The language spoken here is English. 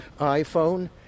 iPhone